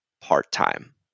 part-time